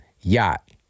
Yacht